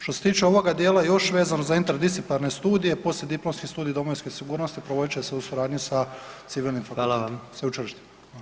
Što se tiče ovoga dijela još vezano za interdisciplinarne studije, poslijediplomski studij domovinske sigurnosti provodit će se u suradnji sa civilnim fakultetima, [[Upadica: Hvala vam.]] sveučilištima.